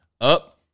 up